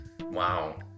Wow